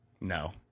No